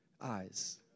eyes